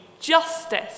justice